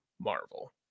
Marvel